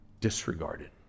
disregarded